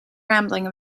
rambling